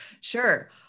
Sure